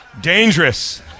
Dangerous